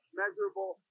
measurable